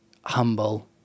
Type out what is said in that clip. humble